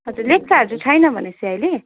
हजुर लेप्चाहरू चाहिँ छैन भनेपछि अहिले